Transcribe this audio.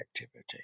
activity